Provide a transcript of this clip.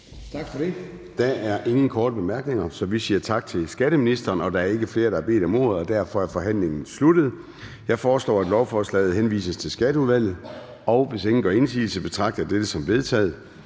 Gade): Der er ingen korte bemærkninger, så vi siger tak til skatteministeren. Der er ikke flere, der har bedt om ordet, og derfor er forhandlingen sluttet. Jeg foreslår, at lovforslaget henvises til Skatteudvalget. Hvis ingen gør indsigelse, betragter jeg dette som vedtaget.